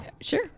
sure